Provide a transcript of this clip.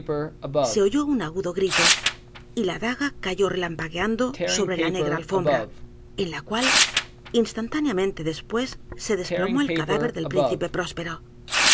se oyó un agudo g r i t o y la daga cayó relampagueando sobre la negra alfombra e n la cual instantáneamente después se desplomó el cadáver del príncipe